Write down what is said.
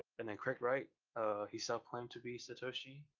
and then craig wright he self-claimed to be satoshi.